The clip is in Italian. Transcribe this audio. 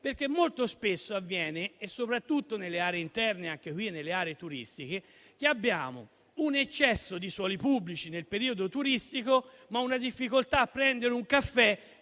perché molto spesso, soprattutto nelle aree interne e anche in quelle turistiche, accade che vi sia un eccesso di suoli pubblici nel periodo turistico, ma difficoltà a prendere un caffè